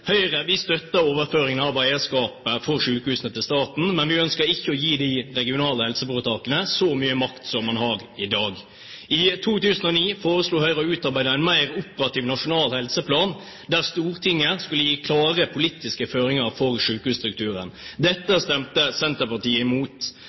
Høyre støtter overføringene av eierskapet for sykehusene til staten, men vi ønsker ikke å gi de regionale helseforetakene så mye makt som man har i dag. I 2009 foreslo Høyre å utarbeide en mer operativ nasjonal helseplan der Stortinget skulle gi klare politiske føringer for sykehusstrukturen. Dette